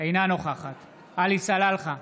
אינה נוכחת עלי סלאלחה,